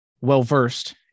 well-versed